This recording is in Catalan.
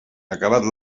acabat